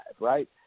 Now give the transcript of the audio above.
right